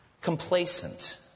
complacent